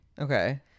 Okay